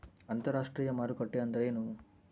ಅಂತರಾಷ್ಟ್ರೇಯ ಮಾರುಕಟ್ಟೆ ಎಂದರೇನು?